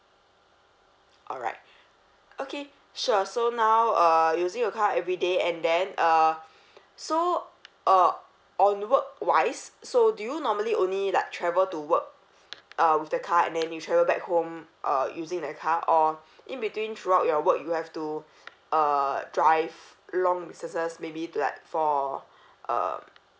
alright okay sure so now uh using your car everyday and then uh so uh on work wise so do you normally only like travel to work uh with the car and then you travel back home uh using the car or in between throughout your work you have to uh drive long distances maybe to like for uh